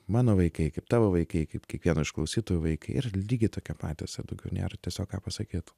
mano vaikai kaip tavo vaikai kaip kiekvieno iš klausytojų vaikai yra lygiai tokie patys ir daugiau nėra tiesiog ką pasakyt